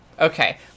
okay